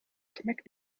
schmeckt